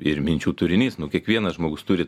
ir minčių turinys nu kiekvienas žmogus turi